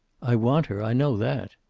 i want her. i know that.